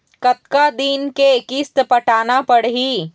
कतका दिन के किस्त पटाना पड़ही?